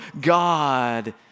God